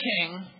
king